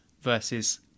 versus